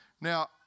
now